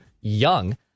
young